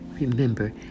remember